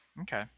Okay